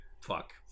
fuck